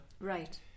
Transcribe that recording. Right